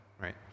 right